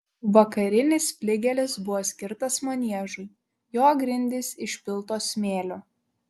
vakarinis fligelis buvo skirtas maniežui jo grindys išpiltos smėliu